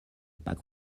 pack